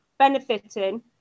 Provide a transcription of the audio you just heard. Benefiting